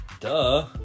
Duh